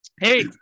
hey